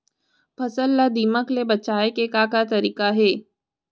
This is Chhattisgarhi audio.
फसल ला दीमक ले बचाये के का का तरीका हे?